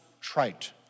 trite